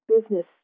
business